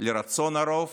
לרצון הרוב